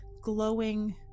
glowing